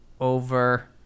over